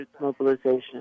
mobilization